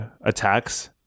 attacks